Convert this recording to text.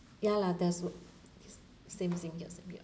ya lah there's what same same yes a bit lah